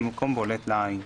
במקום בולט לעין,